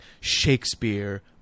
Shakespeare